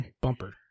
Bumper